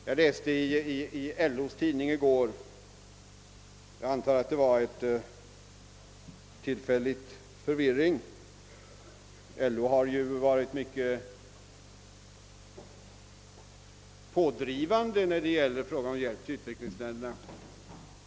— Jag läste i går i LO:s tidning en artikel, som jag antar var skriven under tillfällig förvirring, eftersom LO varit kraftigt pådrivande när det gällt hjälp till utvecklingsländerna.